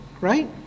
right